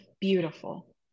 beautiful